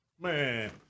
Man